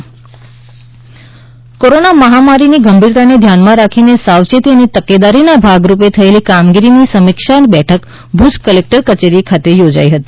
Bhuj corona corona મહામારીની ગંભીરતાને ધ્યાનમાં રાખીને સાવચેતી અને તકેદારીના ભાગરૂપે થયેલી કામગીરીની સમીક્ષા બેઠક ભૂજ કલેકટર કચેરીમાં યોજાઇ હતી